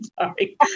Sorry